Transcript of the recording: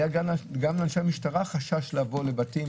גם לאנשי משטרה היה חשש לבוא לבתים,